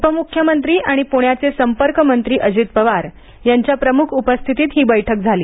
उपमुख्यमंत्री आणि पुण्याचे संपर्कमंत्री अजित पवार यांच्या प्रमुख उपस्थितीत ही बैठक झाली